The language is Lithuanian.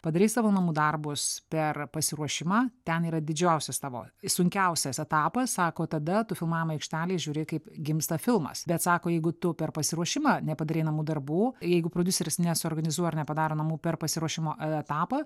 padarei savo namų darbus per pasiruošimą ten yra didžiausias tavo sunkiausias etapas sako tada tu filmavimo aikštelėj žiūri kaip gimsta filmas bet sako jeigu tu per pasiruošimą nepadarei namų darbų jeigu prodiuseris nesuorganizuoja nepadaro namų per pasiruošimo etapą